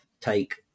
take